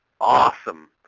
awesome